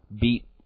beat